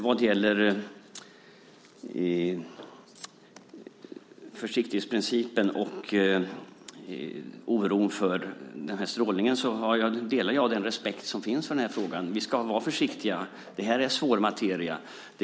Vad gäller försiktighetsprincipen och oron för den här strålningen delar jag den respekt som finns i frågan. Vi ska vara försiktiga. Det här är svår materia.